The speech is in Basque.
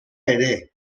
ere